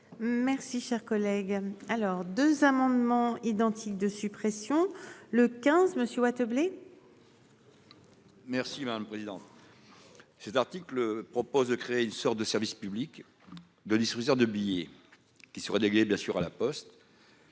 Merci cher collègue. Alors 2 amendements identiques de suppression le 15. Blé. Merci madame la présidente. Cet article propose de créer une sorte de service public de distributeurs de billets qui seraient bien sûr à la Poste.